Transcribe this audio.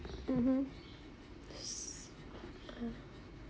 mmhmm uh